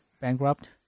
bankrupt